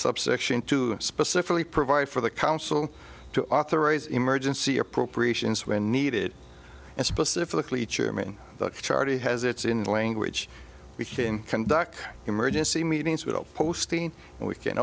subsection two specifically provides for the council to authorize emergency appropriations when needed and specifically chairman chardy has its in language within conduct emergency meetings with posting and we can